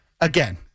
Again